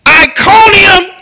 Iconium